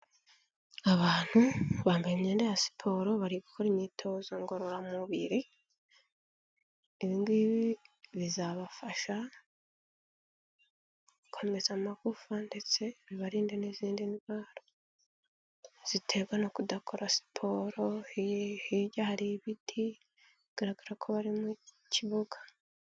Abantu bambaye imyenda ya siporo, bari gukora imyitozo ngororamubiri ibi ngibi bizabafasha gukomeza amagufa ndetse bibarinde n'izindi ndwara ziterwa no kudakora siporo, hirya hari ibiti bigaragara ko bari mu kibuga.